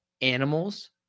animals